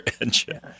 engine